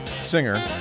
singer